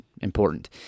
important